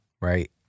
right